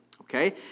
okay